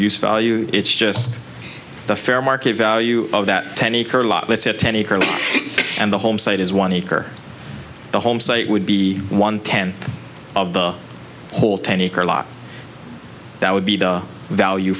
you it's just the fair market value of that ten acre lot let's say ten acres and the home side is one acre the homesite would be one tenth of the whole ten acre lot that would be the value